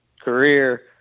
career